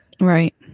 Right